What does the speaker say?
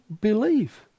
believe